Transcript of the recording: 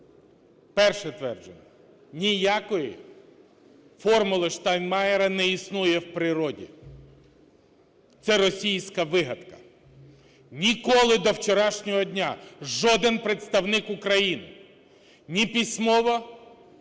Перше твердження. Ніякої "формули Штайнмайєра" не існує в природі. Це російська вигадка. Ніколи, до вчорашнього дня, жоден представник України ні письмово, ні